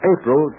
April